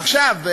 עכשיו,